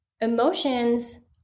emotions